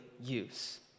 use